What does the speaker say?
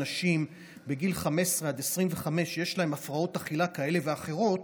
והנשים בגיל 15 25 יש הפרעות אכילה כאלה ואחרות,